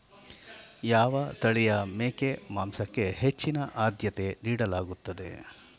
ಯಾವ ತಳಿಯ ಮೇಕೆ ಮಾಂಸಕ್ಕೆ ಹೆಚ್ಚಿನ ಆದ್ಯತೆ ನೀಡಲಾಗುತ್ತದೆ?